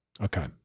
Okay